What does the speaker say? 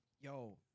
Yo